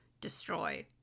destroy